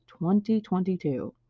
2022